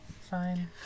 Fine